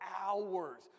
hours